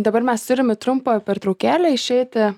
dabar mes turim trumpą pertraukėlę išeiti